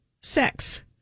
Sex